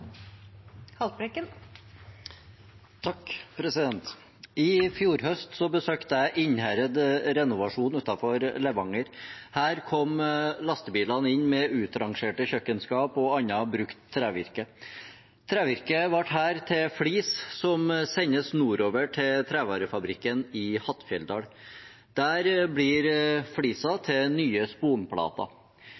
I fjor høst besøkte jeg Innherred Renovasjon utenfor Levanger. Her kom lastebilene inn med utrangerte kjøkkenskap og annet brukt trevirke. Trevirket ble her til flis som sendes nordover til trevarefabrikken i Hattfjelldal. Der blir flisa